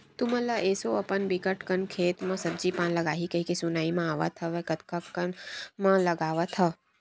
तुमन ल एसो अपन बिकट कन खेत म सब्जी पान लगाही कहिके सुनाई म आवत हवय कतका कन म लगावत हव?